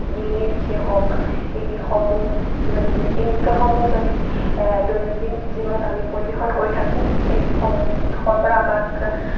ডিঙিৰ বিষেই হওক এই বিষসমূহ যদি এই নৃত্যসমূহ যদি দৈনন্দিন জীৱনত আমি পৰিৱেশন কৰি থাকোঁ এই বিষসমূহ বিষৰপৰা আমাক